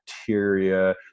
bacteria